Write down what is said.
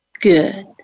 Good